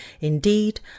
Indeed